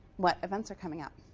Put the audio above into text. what events are coming up.